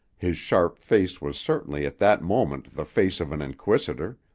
his sharp face was certainly at that moment the face of an inquisitor,